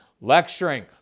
lecturing